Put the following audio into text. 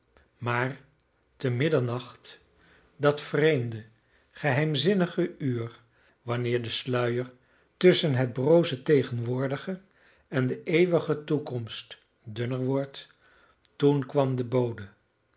maar te middernacht dat vreemde geheimzinnige uur wanneer de sluier tusschen het broze tegenwoordige en de eeuwige toekomst dunner wordt toen kwam de bode